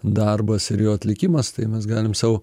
darbas ir jo atlikimas tai mes galim sau